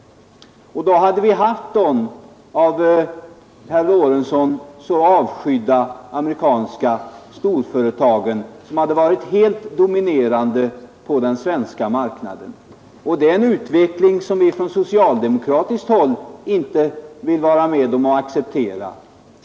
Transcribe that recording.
Då hade vi haft de av herr Lorentzon så fruktade amerikanska storföretagen, som hade varit helt dominerande på den svenska marknaden, och det är en utveckling som vi från socialdemokratiskt håll inte vill acceptera.